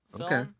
Okay